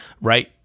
right